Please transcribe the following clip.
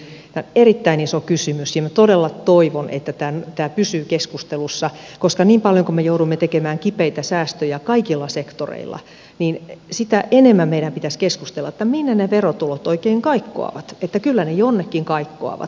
tämä on erittäin iso kysymys ja minä todella toivon että tämä pysyy keskustelussa koska niin paljon kuin me joudumme tekemään kipeitä säästöjä kaikilla sektoreilla sitä enemmän meidän pitäisi keskustella siitä minne ne verotulot oikein kaikkoavat sillä kyllä ne jonnekin kaikkoavat